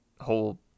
whole